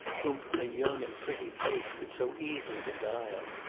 whom a young and pretty face could so easily beguile.